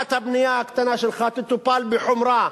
חריגת הבנייה הקטנה שלך תטופל בחומרה